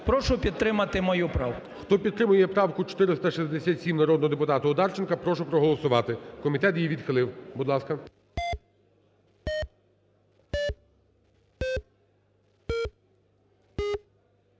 Прошу підтримати мою правку. ГОЛОВУЮЧИЙ. Хто підтримує правку 467 народного депутата Одарченка, прошу проголосувати. Комітет її відхилив. Будь ласка.